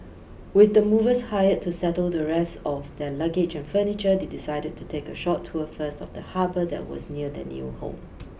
with the movers hired to settle the rest of their luggage and furniture they decided to take a short tour first of the harbour that was near their new home